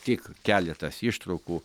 tik keletas ištraukų